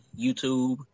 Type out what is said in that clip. YouTube